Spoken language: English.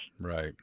Right